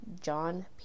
John